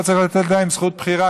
לא צריך לתת להם זכות בחירה,